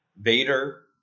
Vader